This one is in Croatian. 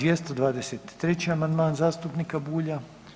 223. amandman zastupnika Bulja.